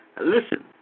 listen